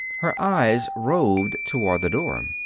her eyes roved toward the door.